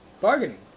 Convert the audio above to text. Bargaining